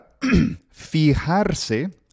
Fijarse